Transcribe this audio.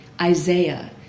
Isaiah